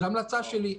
זו המלצה שלי.